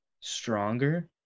stronger